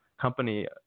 company